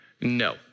No